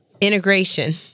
integration